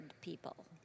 people